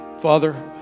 Father